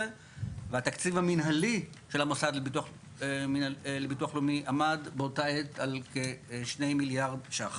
והתקציב המנהלי של המוסד לביטוח לאומי עמד באותה עת כשני מיליארד ש"ח.